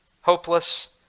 hopeless